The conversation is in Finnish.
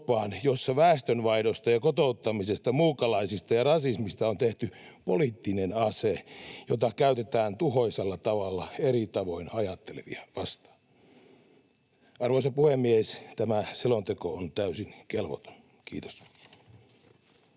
jossa väestönvaihdosta ja kotouttamisesta, muukalaisista ja rasismista on tehty poliittinen ase, jota käytetään tuhoisalla tavalla eri tavoin ajattelevia vastaan. Arvoisa puhemies! Tämä selonteko on täysin kelvoton. — Kiitos.